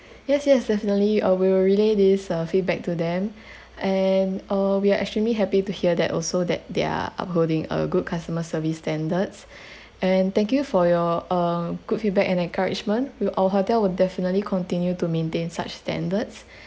yes yes definitely uh we'll relay this uh feedback to them and uh we are extremely happy to hear that also that they're upholding a good customer service standards and thank you for your um good feedback and encouragement will our hotel will definitely continue to maintain such standards